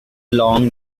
long